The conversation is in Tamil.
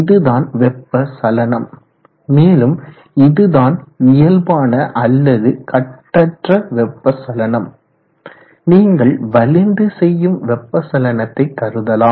இதுதான் வெப்பச்சலனம் மேலும் இதுதான் இயல்பான அல்லது கட்டற்ற வெப்பச்சலனம் நீங்கள் வலிந்து செய்யும் வெப்பச்சலனத்தை கருதலாம்